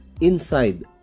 inside